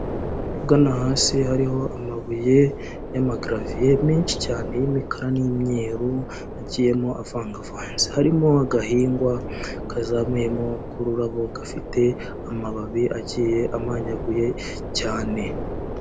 Hagana hasi hariho amabuye y'amagaravier menshi cyane y'imikara n'imyeru agiyemo avamgavanze harimo agahingwa kazamuyemo k'ururabo gafite amababi agiye amanyaguye cyane.